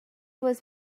was